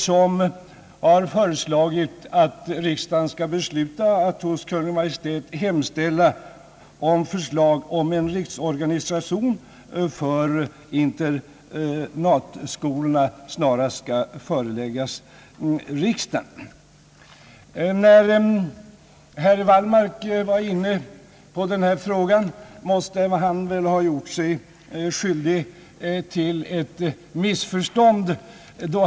Motionärerna har föreslagit att riksdagen skall besluta att hos Kungl. Maj:t hemställa att förslag om en riksorganisation för internatskolorna snarast föreläggs riksdagen. När herr Wallmark var inne på frågan om privatskolorna måste han ha gjort sig skyldig till ett missförstånd.